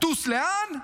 טוסי לאן?